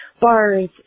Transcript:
bars